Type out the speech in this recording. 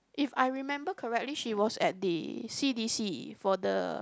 if I remember correctly she was at the C_D_C for the